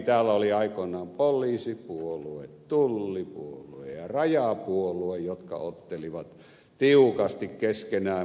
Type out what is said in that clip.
täällä oli aikoinaan poliisipuolue tullipuolue ja rajapuolue jotka ottelivat tiukasti keskenään